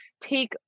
take